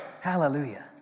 Hallelujah